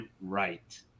right